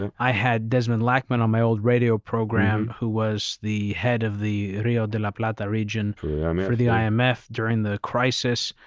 and i had desmond lachman on my old radio program who was the head of the rio de la plata reason for i mean for the um imf during the crisis.